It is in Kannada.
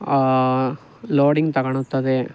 ಲೋಡಿಂಗ್ ತಗಳುತ್ತದೆ